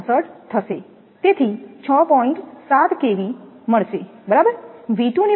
64 થશે તેથી 6